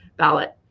Ballot